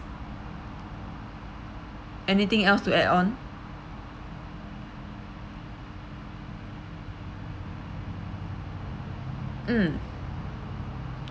anything else to add on mm